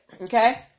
okay